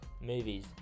movies